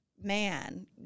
man